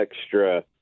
extra –